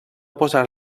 posar